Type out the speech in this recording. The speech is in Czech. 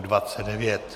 29.